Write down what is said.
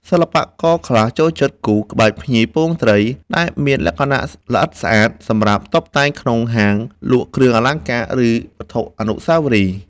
សិល្បករខ្លះចូលចិត្តគូរ ក្បាច់ភ្ញីពងត្រី ដែលមានលក្ខណៈល្អិតស្អាត សម្រាប់តុបតែងក្នុងហាងលក់គ្រឿងអលង្ការ ឬវត្ថុអនុស្សាវរីយ៍។